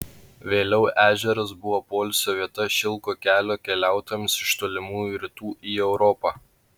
vėliau ežeras buvo poilsio vieta šilko kelio keliautojams iš tolimųjų rytų į europą